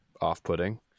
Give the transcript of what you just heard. off-putting